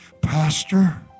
Pastor